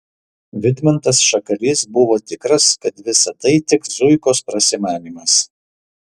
vidmantas šakalys buvo tikras kad visa tai tik zuikos prasimanymas